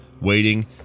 waiting